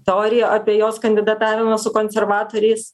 teorija apie jos kandidatavimą su konservatoriais